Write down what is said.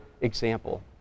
example